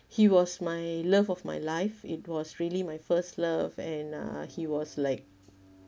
he was my love of my life it was really my first love and uh he was like